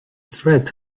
threat